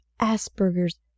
Asperger's